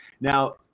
Now